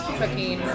cooking